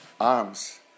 arms